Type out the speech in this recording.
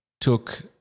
took